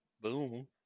Boom